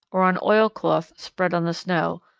or on oilcloth spread on the snow,